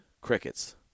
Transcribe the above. crickets